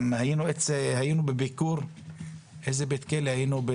גם היינו בביקור בבית כלא,